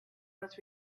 was